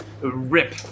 rip